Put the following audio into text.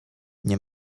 nie